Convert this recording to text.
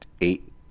eight